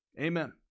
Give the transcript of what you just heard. Amen